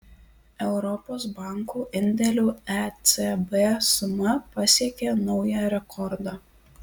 europos bankų indėlių ecb suma pasiekė naują rekordą